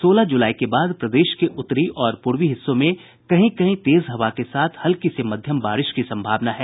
सोलह जुलाई के बाद प्रदेश के उत्तरी और पूर्वी हिस्सों में कहीं कहीं तेज हवा के साथ हल्की से मध्यम बारिश की संभावना है